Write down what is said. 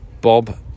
Bob